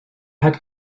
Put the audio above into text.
had